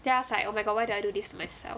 then I was like oh my god why did I do this to myself